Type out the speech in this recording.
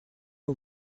aux